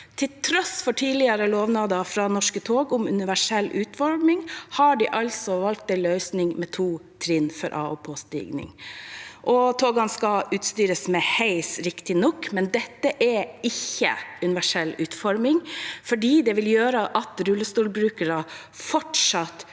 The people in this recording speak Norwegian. Til tross for tidligere lovnader fra Norske tog om universell utforming, har de altså valgt en løsning med to trinn for av- og påstigning. Togene skal utstyres med heis, riktig nok, men dette er ikke universell utforming, fordi det vil gjøre at rullestolbrukere fortsatt